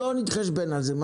לא נתחשבן על זה.